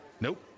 Nope